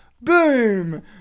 Boom